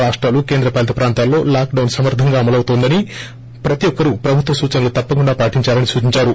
రాష్టాలు కేంద్ర పాలిత ప్రాంతాల్లో లాక్డొస్ సమర్దంగా అమలవుతోందని ప్రతి ఒక్కరూ ప్రభుత్వ సూచలు తప్పకుండా పాటించాలని సూచించారు